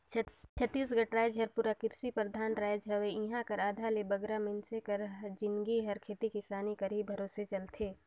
छत्तीसगढ़ राएज हर पूरा किरसी परधान राएज हवे इहां कर आधा ले बगरा मइनसे मन कर जिनगी हर खेती किसानी कर ही भरोसे चलथे